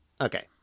Okay